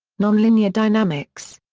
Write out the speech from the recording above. nonlinear dynamics.